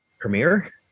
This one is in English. premiere